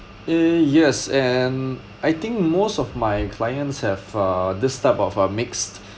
uh yes and I think most of my clients have uh this type of uh mixed